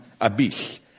abyss